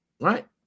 Right